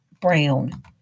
Brown